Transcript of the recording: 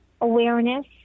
awareness